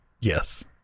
Yes